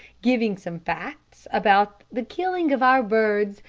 giving some facts about the killing of our birds,